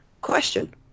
question